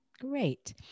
great